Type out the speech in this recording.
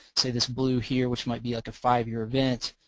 say this blue here which might be like a five year event,